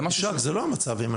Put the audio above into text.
אם אני לא טועה, זה לא המצב.